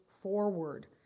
forward